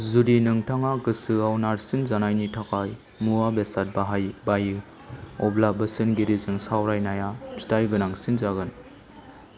जुदि नोंथाङा गोसोआव नारसिन जानायनि थाखाय मुवा बेसाद बायो अब्ला बोसोनगिरिजों सावरायनाया फिथाइ गोनांसिन जागोन